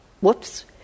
whoops